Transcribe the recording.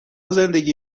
زندگی